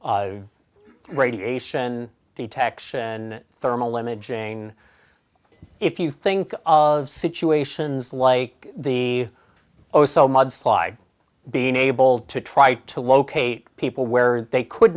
radiation detection thermal imaging if you think of situations like the oso mudslide being able to try to locate people where they could